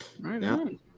Right